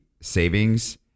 savings